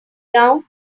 down